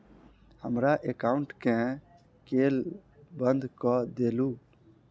हमरा एकाउंट केँ केल बंद कऽ देलु?